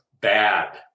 bad